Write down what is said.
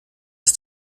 ist